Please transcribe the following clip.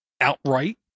outright